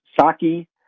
Saki